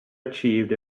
achieved